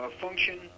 function